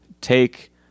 take